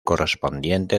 correspondiente